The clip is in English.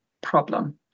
problem